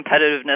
competitiveness